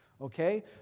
Okay